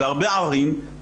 בהרבה ערים,